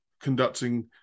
conducting